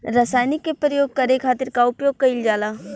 रसायनिक के प्रयोग करे खातिर का उपयोग कईल जाला?